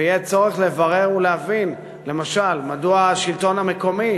ויהיה צורך לברר ולהבין, למשל, מדוע השלטון המקומי